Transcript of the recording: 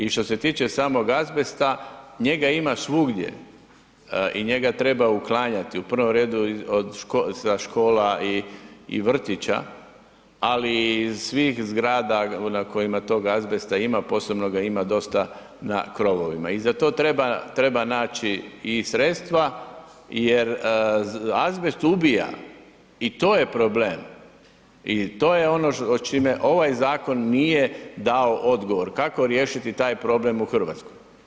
I što se tiče samog azbesta, njega ima svugdje i njega treba uklanjati, u prvom redu od škola i vrtića ali i iz svih zgrada na kojima tog azbesta ima, posebno ga ima dosta na krovovima i za to treba naći i sredstva jer azbest ubija i to je problem i to je ono čime ovaj zakon nije dao odgovor kako riješiti taj problem u Hrvatskoj.